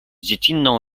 dziecinną